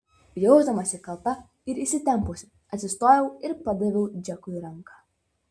jausdamasi kalta ir įsitempusi atsistojau ir padaviau džekui ranką